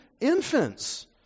infants